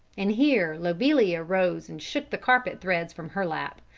and here lobelia rose and shook the carpet threads from her lap.